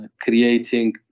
creating